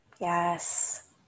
yes